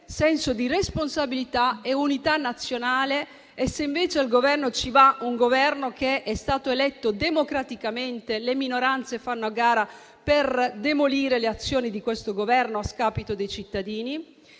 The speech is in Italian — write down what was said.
senso di responsabilità e unità nazionale e, se invece al Governo ci va chi è stato eletto democraticamente, le minoranze fanno a gara per demolire le sue azioni a scapito dei cittadini.